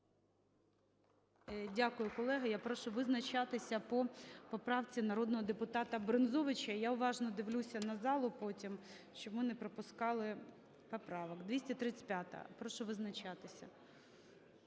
Дякую. Колеги,я прошу визначатися по поправці народного депутата Брензовича. Я уважно дивлюся на залу, потім щоб ми не пропускали поправок. 235-а, прошу визначатися.